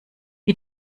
wie